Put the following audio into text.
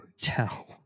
tell